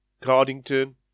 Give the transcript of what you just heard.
Cardington